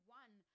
one